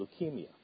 leukemia